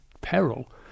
peril